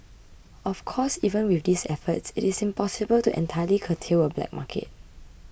of course even with these efforts it is impossible to entirely curtail a black market